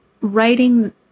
writing